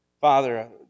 Father